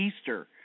Easter